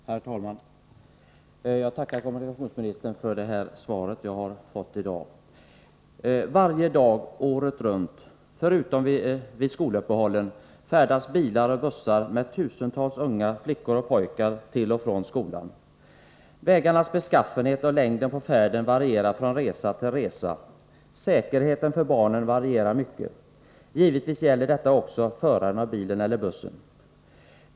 Herr talman! Jag tackar kommunikationsministern för det svar jag har fått i dag. Varje dag året runt, förutom vid skoluppehållen, färdas bilar och bussar med tusentals unga flickor och pojkar till och från skolan. Vägarnas beskaffenhet och längden på färden varierar från resa till resa. Säkerheten för barnen varierar mycket. Givetvis gäller detta också föraren av bilen eller bussen.